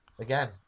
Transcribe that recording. again